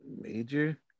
Major